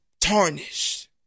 tarnished